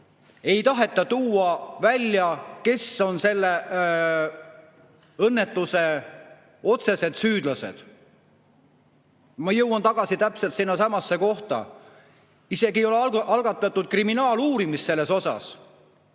Ei taheta tuua välja, kes on selle õnnetuse otsesed süüdlased. Ma jõuan tagasi täpselt sinnasamasse kohta, et ei ole isegi algatatud kriminaaluurimist selles asjas.